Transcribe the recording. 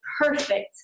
perfect